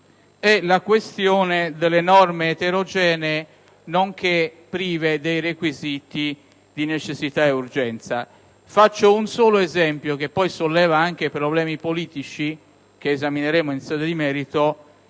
la questione delle norme eterogenee, nonché prive dei requisiti di necessità ed urgenza. Faccio un solo esempio, che poi solleva anche problemi politici che esamineremo in sede di merito: